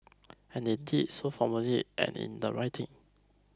and they did so formally and in the writing